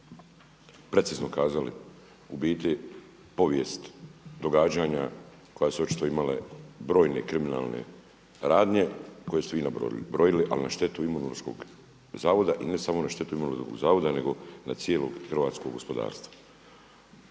precizno kazali, u biti povijest događanja koja su očito imale brojne kriminalne radnje koje ste vi nabrojili ali na štetu Imunološkog zavoda i ne samo na štetu Imunološkog zavoda nego za cijelog hrvatskog gospodarstva.